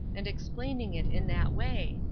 and explaining it in that way,